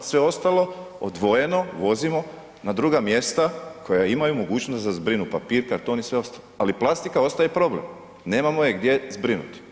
Sve ostalo odvojeno odvozimo na druga mjesta koja imaju mogućnost da zbrinu papir, karton i sve ostalo ali plastika ostaje problem nemamo je gdje zbrinuti.